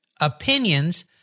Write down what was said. opinions